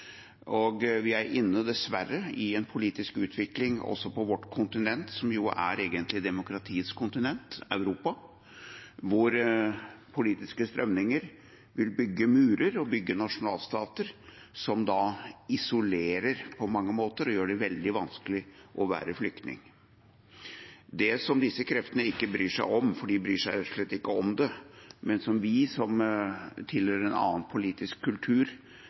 Vi er dessverre inne i en politisk utvikling også på vårt kontinent – som jo egentlig er demokratiets kontinent, Europa – hvor politiske strømninger vil bygge murer og bygge nasjonalstater som isolerer, på mange måter, og gjør det veldig vanskelig å være flyktning. Det som disse kreftene ikke bryr seg om – for de bryr seg slett ikke om det – men som vi som tilhører en annen politisk kultur,